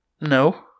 No